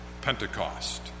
Pentecost